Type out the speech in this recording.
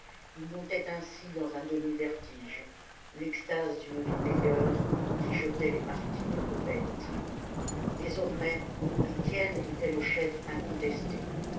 ils montaient ainsi dans un demi vertige l'extase d'une vie meilleure qui jetait les martyrs aux bêtes désormais étienne était le chef incontesté